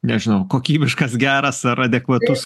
nežinau kokybiškas geras ar adekvatus